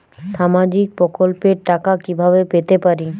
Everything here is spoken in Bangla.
সামাজিক প্রকল্পের টাকা কিভাবে পেতে পারি?